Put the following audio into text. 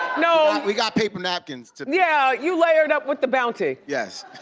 no. we got paper napkins to yeah, you layered up with the bounty. yes.